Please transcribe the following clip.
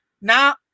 now